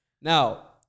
Now